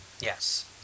yes